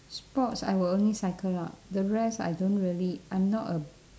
sports I will only cycle lah the rest I don't really I'm not a